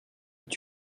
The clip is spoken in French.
est